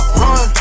run